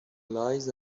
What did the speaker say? lies